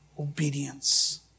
obedience